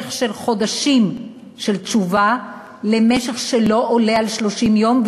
ממשך של חודשים של תשובה למשך שלא עולה על 30 יום,